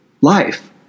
life